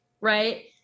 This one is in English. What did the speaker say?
right